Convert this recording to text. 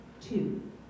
two